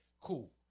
Cool